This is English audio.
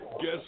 Guess